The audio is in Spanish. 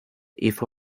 hizo